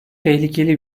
tehlikeli